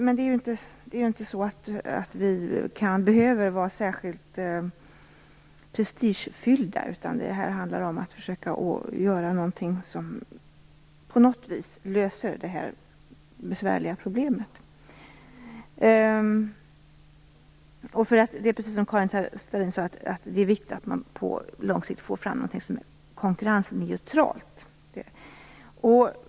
Vi behöver inte vara särskilt prestigefyllda. Det här handlar om att försöka göra någonting som på något vis löser det besvärliga problemet. Precis som Karin Starrin sade är det viktigt att man på lång sikt kommer fram till en lösning som är konkurrensneutral.